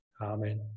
Amen